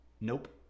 Nope